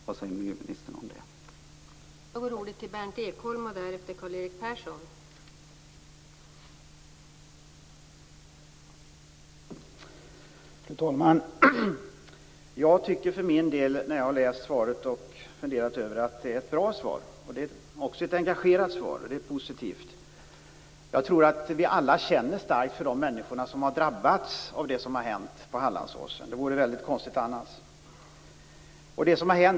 Vad säger miljöministern om det?